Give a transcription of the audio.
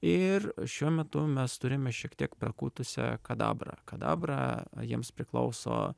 ir šiuo metu mes turime šiek tiek perkutusią kadabrą kadabra jiems priklauso